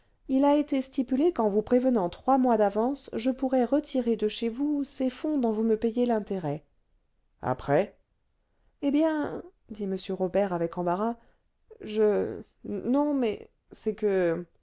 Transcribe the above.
il a été stipulé qu'en vous prévenant trois mois d'avance je pourrais retirer de chez vous ces fonds dont vous me payez l'intérêt après eh bien dit m robert avec embarras je non mais c'est que